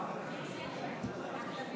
נגד שמחה רוטמן, נגד